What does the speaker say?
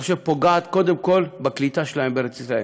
אני חושב, פוגעת קודם כול בקליטה שלהם בארץ-ישראל.